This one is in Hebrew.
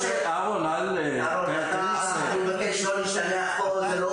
אהרון, אני מבקש לא להשתלח פה, זה לא